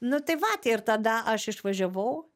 nu tai vat ir tada aš išvažiavau